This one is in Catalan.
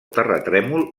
terratrèmol